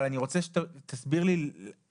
אבל אני רוצה שתסביר לי מה,